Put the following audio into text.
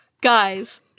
guys